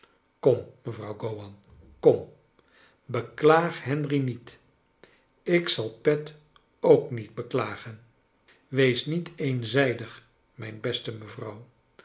mevrouw gowan kom beklaag henry niet ik zal pet ook niet beklagen wees niet eenzijdig mijn beste mevrouw